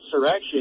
insurrection